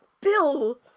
Bill